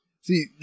See